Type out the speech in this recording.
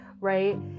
right